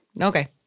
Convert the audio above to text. Okay